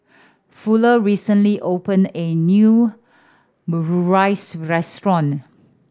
Fuller recently opened a new Omurice Restaurant